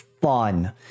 fun